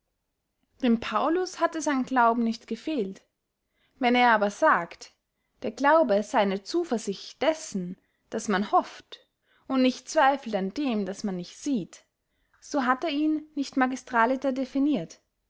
dem paulus hat es an glauben nicht gefehlt wenn er aber sagt der glaube sey eine zuversicht dessen das man hofft und nicht zweifelt an dem das man nicht sieht so hat er ihn nicht magistraliter definiert